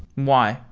why?